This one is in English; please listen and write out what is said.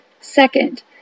Second